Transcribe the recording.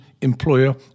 employer